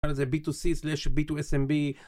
זה b2c \ b2smb